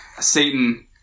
Satan